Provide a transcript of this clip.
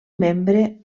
membre